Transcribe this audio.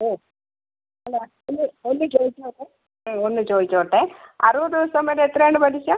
ഓ അല്ല ഒന്ന് ഒന്ന് ചോദിച്ചോട്ടെ ഒന്ന് ചോദിച്ചോട്ടെ അറുപത് ദിവസം വരെ എത്രയാണ് പലിശ